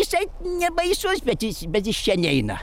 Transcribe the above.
jisai nebaisus bet jis bet jis čia neina